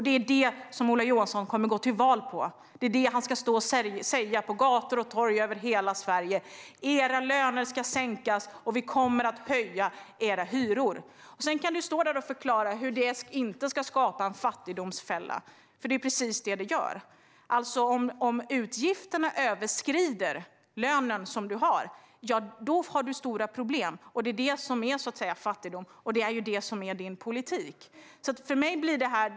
Det är detta som Ola Johansson kommer att gå till val på. Det är detta han ska stå och säga på gator och torg över hela Sverige: Era löner ska sänkas, och vi kommer att höja era hyror! Sedan kan du stå där och förklara hur det inte ska skapa en fattigdomsfälla, Ola Johansson, för det är ju precis vad det gör. Om utgifterna överskrider den lön man har så har man stora problem. Det är detta som är fattigdom. Det är detta som är din politik, Ola Johansson.